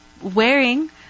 wearing